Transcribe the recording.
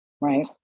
right